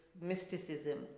mysticism